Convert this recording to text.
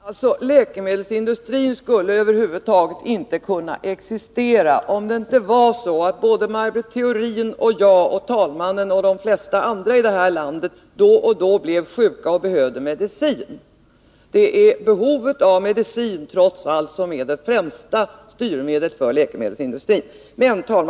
Herr talman! Läkemedelsindustrin skulle över huvud taget inte kunna existera, om inte Maj Britt Theorin, jag, talmannen och de flesta andra här i landet då och då blev sjuka och behövde medicin. Det är trots allt främst Nr 144 behovet av medicin som är läkemedelsindustrins styrmedel.